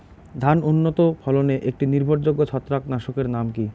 ধান উন্নত ফলনে একটি নির্ভরযোগ্য ছত্রাকনাশক এর নাম কি?